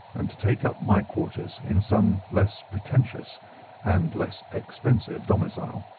and to take up my quarters in some less pretentious and less expensive domicile.